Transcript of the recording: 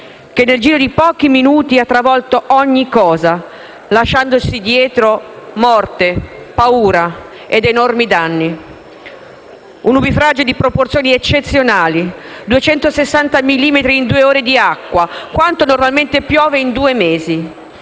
che nel giro di pochi minuti ha travolto ogni cosa, lasciandosi dietro morte, paura ed enormi danni. Un nubifragio di proporzioni eccezionali: 260 millimetri di acqua in due ore, quanto normalmente piove in due mesi.